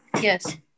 Yes